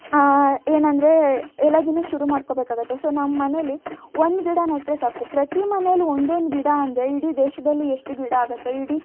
ಏನಂದರೆ ಎಲ್ಲವನ್ನು ಶುರು ಮಾಡ್ಕೋಬೇಕಾಗುತ್ತೆ ಸೊ ನಮ್ಮನೆಯಲ್ಲಿ ಒಂದು ಗಿಡ ನೆಟ್ಟರೆ ಸಾಕು ಪ್ರತಿ ಮನೆಯಲ್ಲಿ ಒಂದೊಂದು ಗಿಡ ಅಂದರೆ ಇಡೀ ದೇಶದಲ್ಲಿ ಎಷ್ಟು ಗಿಡ ಆಗುತ್ತೆ ಇಡೀ